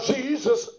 Jesus